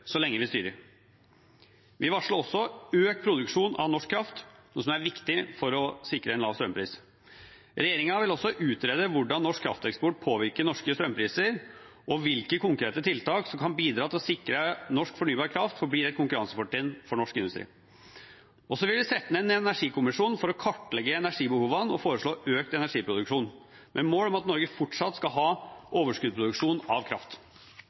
så lenge vi styrer. Vi varslet også økt produksjon av norsk kraft, noe som er viktig for å sikre en lav strømpris. Regjeringen vil også utrede hvordan norsk krafteksport påvirker norske strømpriser, og hvilke konkrete tiltak som kan bidra til å sikre at norsk fornybar kraft forblir et konkurransefortrinn for norsk industri. Så vil vi sette ned en energikommisjon for å kartlegge energibehovene og foreslå økt energiproduksjon, med mål om at Norge fortsatt skal ha overskuddsproduksjon av kraft.